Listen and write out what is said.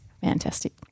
fantastic